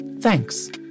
thanks